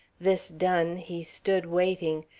this done, he stood waiting,